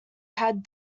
had